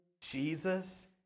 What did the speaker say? Jesus